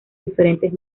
diferentes